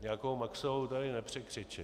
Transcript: Nějakou Maxovou tady nepřekřičím.